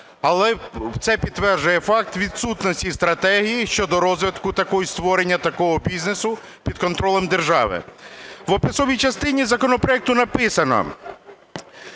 Але це підтверджує факт відсутності стратегії щодо розвитку такого створення такого бізнесу під контролем держави. В описовій частині законопроекту написано,